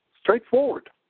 straightforward